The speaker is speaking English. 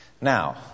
Now